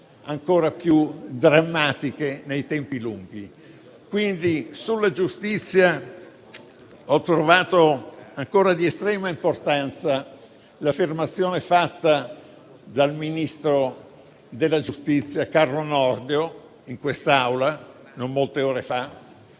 ancora più drammatiche nei tempi lunghi. Sulla giustizia ho trovato ancora di estrema importanza l'affermazione fatta dal ministro della giustizia Carlo Nordio in quest'Aula non molte ore fa